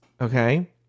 okay